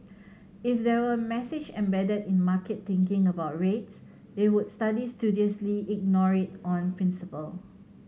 if there were message embedded in market thinking about rates they would studiously ignore it on principle